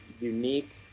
unique